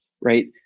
right